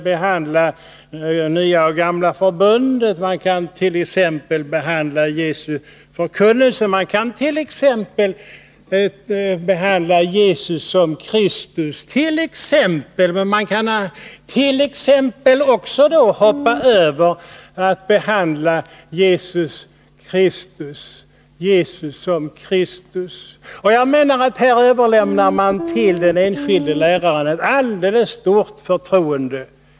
det gamla och det nya förbundet, Jesu förkunnelse och Jesus som Kristus Därmed är också sagt att man ”t.ex.” också kan hoppa över att behandla Jesus som Kristus. Jag menar att man här till den enskilde läraren överlämnar ett alldeles för betydelsefullt avgörande.